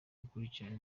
gukurikirana